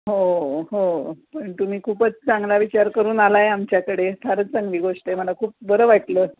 हो हो पण तुम्ही खूपच चांगला विचार करून आला आहे आमच्याकडे फारच चांगली गोष्ट आहे मला खूप बरं वाटलं